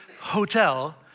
hotel